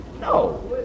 No